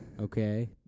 okay